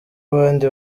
abandi